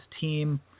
team